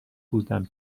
بودم